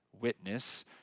witness